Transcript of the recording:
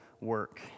work